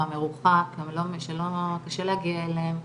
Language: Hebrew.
המרוחק ושקשה להגיע אליהן,